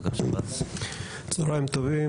צהריים טובים,